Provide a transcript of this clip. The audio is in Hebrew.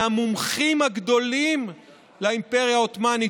מהמומחים הגדולים לאימפריה העות'מאנית.